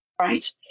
right